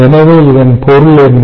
எனவே இதன் பொருள் என்ன